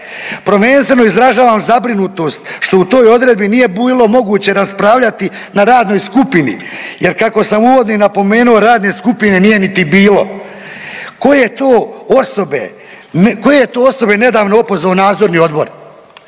Prvenstveno izražavam zabrinutost što u toj odredbi nije bilo moguće raspravljati na radnoj skupini jer kako sam uvodno i napomeno radne skupine nije niti bilo. Koje to osobe, koje to osobe je nedavno opozvao nadzorni odbor?